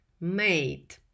made